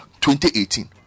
2018